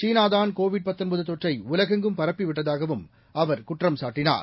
சீனாதான் கோவிட்தொற்றைஉலகெங்கும்பரப்பிவிட்டதாகவும்அவர்குற் றம்சாட்டினார்